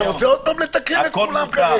נו, אתה רוצה עוד פעם לתקן את כולם כרגע?